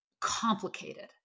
complicated